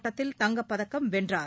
ஒட்டத்தில் தங்கப்பதக்கம் வென்றார்